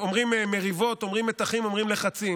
אומרים: מריבות, אומרים: מתחים, אומרים: לחצים.